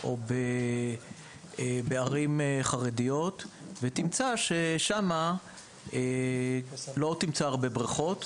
או בערים חרדיות ותמצא ששם אין הרבה בריכות.